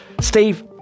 Steve